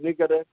نہیں کرے